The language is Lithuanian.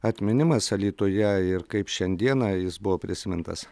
atminimas alytuje ir kaip šiandieną jis buvo prisimintas